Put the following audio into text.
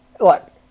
look